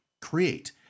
create